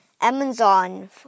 Amazon